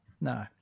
no